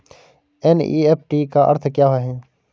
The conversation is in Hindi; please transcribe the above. एन.ई.एफ.टी का अर्थ क्या है?